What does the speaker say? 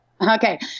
Okay